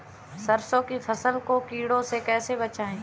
सरसों की फसल को कीड़ों से कैसे बचाएँ?